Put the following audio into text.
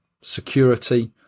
security